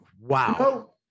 Wow